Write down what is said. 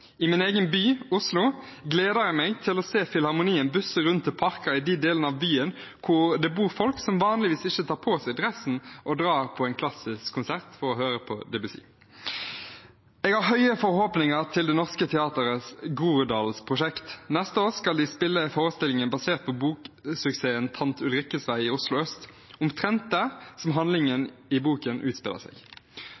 I min egen by, Oslo, gleder jeg meg til å se Oslo-Filharmonien busse rundt til parker i de delene av byen der det bor folk som vanligvis ikke tar på seg dressen og drar på en klassisk konsert for å høre på Debussy. Jeg har store forhåpninger til Det Norske Teatrets Groruddals-prosjekt. Neste år skal de spille forestillingen basert på boksuksessen Tante Ulrikkes vei, i Oslo øst, omtrent der handlingen